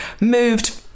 moved